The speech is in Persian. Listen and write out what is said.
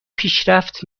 پیشرفت